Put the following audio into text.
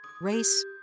race